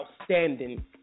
outstanding